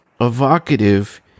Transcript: evocative